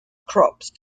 crops